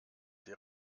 sie